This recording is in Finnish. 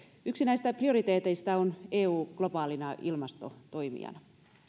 yksi näistä prioriteeteista on eu globaalina ilmastotoimijana